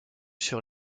sur